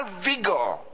vigor